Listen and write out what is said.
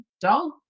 dog